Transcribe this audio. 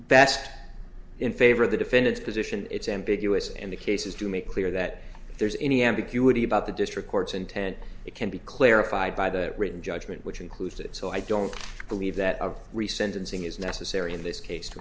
best in favor of the defendant's position it's ambiguous and the case is to make clear that if there's any ambiguity about the district court's intent it can be clarified by the written judgment which includes it so i don't believe that a recent unsing is necessary in this case to